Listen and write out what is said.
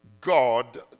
God